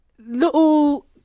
little